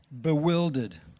bewildered